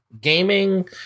gaming